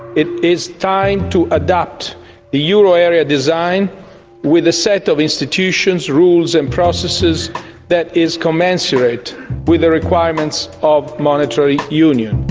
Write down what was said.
it is time to adapt the euro area design with a set of institutions, rules and processes that is commensurate with the requirements of monetary union.